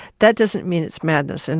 that doesn't mean it's madness. and